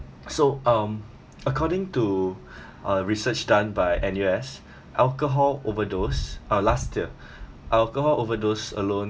so um according to a research done by N_U_S alcohol overdose uh last year alcohol overdose alone